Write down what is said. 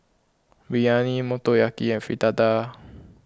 Biryani Motoyaki and Fritada